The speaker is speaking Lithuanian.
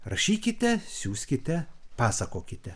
rašykite siųskite pasakokite